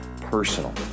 personal